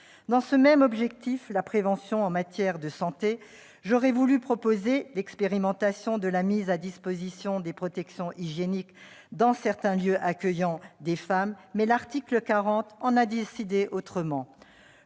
Dans ce même objectif de prévention en matière de santé, j'aurais voulu proposer l'expérimentation de la mise à disposition de protections hygiéniques dans certains lieux accueillant des femmes, mais l'article 40 de la Constitution